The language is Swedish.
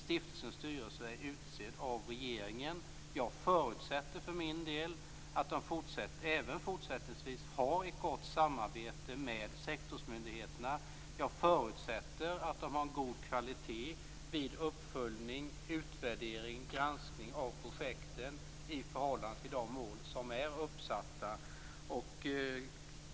Stiftelsens styrelse är utsedd av regeringen. Jag förutsätter för min del att de även fortsättningsvis har ett gott samarbete med sektorsmyndigheterna. Jag förutsätter att de har en god kvalitet vid uppföljning, utvärdering och granskning av projekten i förhållande till de mål som är uppsatta.